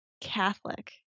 catholic